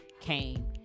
came